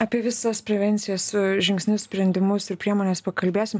apie visas prevencijos žingsnius sprendimus ir priemones pakalbėsim